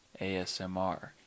ASMR